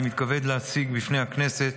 אני מתכבד להציג בפני הכנסת